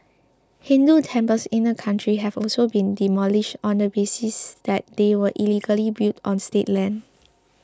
Hindu temples in the country have also been demolished on the basis that they were illegally built on state land